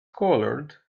colored